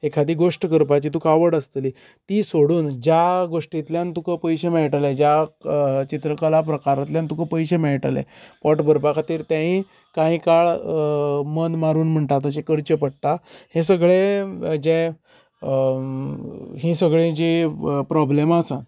एकादी गोष्ट करपाची तुका आवड आसतली ती सोडून ज्या गोष्टीतल्यान तुका पयशे मेळटले ज्या चित्रकला प्रकारांतल्यान तुका पयशे मेळटले पोट भरपा खातीर तेयी काही काळ मन मारून म्हणटा तशें करचे पडटा हें सगळे जे हीं सगळीं जीं प्रोब्लेमां आसात